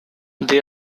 they